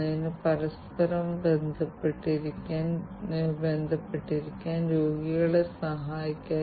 അതിനാൽ ആരോഗ്യ സംരക്ഷണ വ്യവസായത്തിൽ ഡോക്ടർമാരുടെ വിവരങ്ങളുടെ ലഭ്യതയും ആവർത്തനവും ശരിയായ ഡോക്ടറെ തിരഞ്ഞെടുക്കാൻ രോഗികളെ സഹായിക്കുന്നു